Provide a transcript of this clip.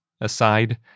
aside